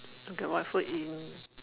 okay what food you